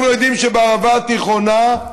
אנחנו יודעים שבערבה התיכונה,